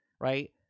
right